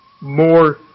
more